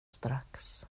strax